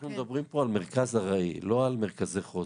אנחנו מדברים פה על מרכז ארעי, לא על מרכזי חוסן.